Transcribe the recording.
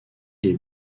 les